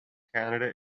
canada